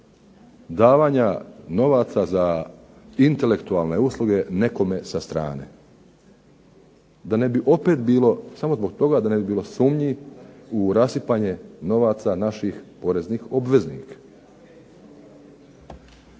davanja novaca za intelektualne usluge nekome sa strane. Da ne bi opet bilo samo zbog toga da ne bi bilo sumnji u rasipanje novaca naših poreznih obveznika.